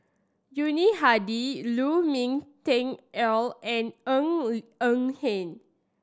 Yuni Hadi Lu Ming Teh Earl and Ng Eng Hen